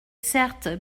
certes